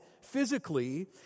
physically